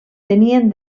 tenien